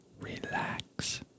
Relax